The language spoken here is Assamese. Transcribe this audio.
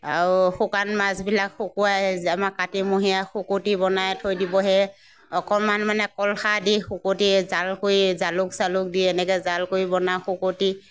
আৰু শুকান মাছবিলাক শুকুৱাই যে আমাৰ কাতিমহীয়া শুকতি বনাই থৈ দিব সেই অকণমান মানে কলখাৰ দি শুকতি জাল কৰি জালুক চালুক দি এনেকৈ জাল কৰি বনাওঁ শুকতি